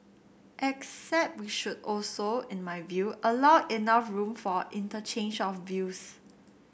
except we should also in my view allow enough room for interchange of views